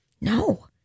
No